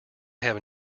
have